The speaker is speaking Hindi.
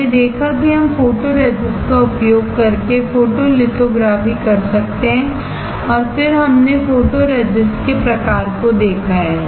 हमने देखा है कि हम फोटोरेसिस्ट का उपयोग करके फोटोलिथोग्राफी कर सकते हैं और फिर हमने फोटोरेसिस्टके प्रकार को देखा है